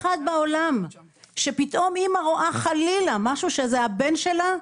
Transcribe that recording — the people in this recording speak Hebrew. אחד בעולם שפתאום אמא רואה חלילה משהו שזה הבן שלה,